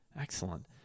Excellent